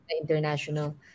international